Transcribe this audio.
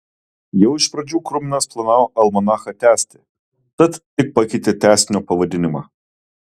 jau iš pradžių kruminas planavo almanachą tęsti tad tik pakeitė tęsinio pavadinimą